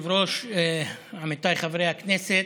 מכובדי היושב-ראש, עמיתיי חברי הכנסת,